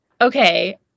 okay